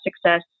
success